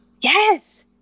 Yes